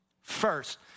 first